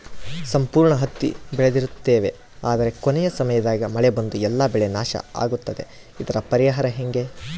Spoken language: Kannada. ಸಂಪೂರ್ಣ ಹತ್ತಿ ಬೆಳೆದಿರುತ್ತೇವೆ ಆದರೆ ಕೊನೆಯ ಸಮಯದಾಗ ಮಳೆ ಬಂದು ಎಲ್ಲಾ ಬೆಳೆ ನಾಶ ಆಗುತ್ತದೆ ಇದರ ಪರಿಹಾರ ಹೆಂಗೆ?